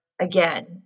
again